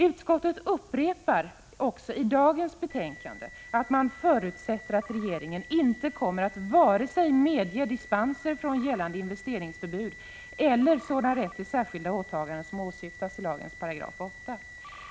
Utskottet upprepar också i det föreliggande betänkandet att utskottet förutsätter att regeringen inte kommer att vare sig medge dispenser från gällande investeringsförbud eller medge rätt till särskilda åtaganden av det slag som åsyftas i lagens 8 §.